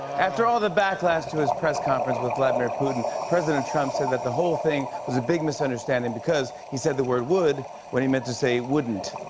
after all the backlash to his press conference with vladimir putin, president trump said that the whole thing was a big misunderstanding because he said the word would when he meant to say wouldn't.